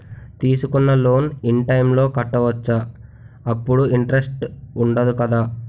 తీసుకున్న loan in time లో కట్టవచ్చ? అప్పుడు ఇంటరెస్ట్ వుందదు కదా?